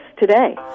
today